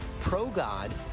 pro-God